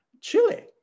Chile